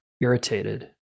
irritated